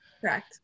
Correct